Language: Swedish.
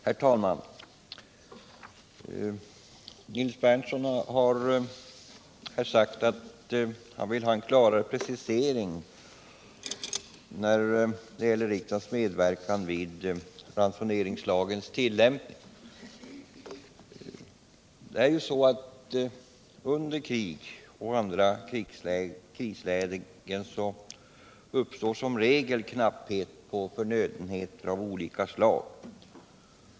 Herr talman! Nils Berndtson har här sagt att han vill ha en klarare precisering vad gäller riksdagens medverkan vid ransoneringslagens tillämpning. Under krig och andra krislägen uppstår i regel knapphet på förnödenheter av olika slag.